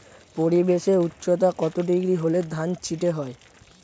পরিবেশের উষ্ণতা কত ডিগ্রি হলে ধান চিটে হয়?